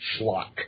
schlock